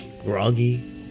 groggy